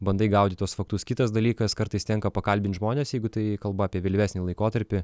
bandai gaudyt tuos faktus kitas dalykas kartais tenka pakalbint žmones jeigu tai kalba apie vėlyvesnį laikotarpį